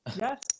yes